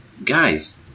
Guys